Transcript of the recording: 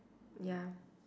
ya